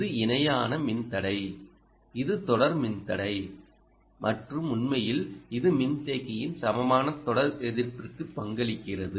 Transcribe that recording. இது இணையான மின்தடை இது தொடர் மின்தடை மற்றும் உண்மையில் இது மின்தேக்கியின் சமமான தொடர் எதிர்ப்பிற்கு பங்களிக்கிறது